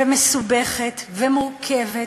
מסובכת ומורכבת,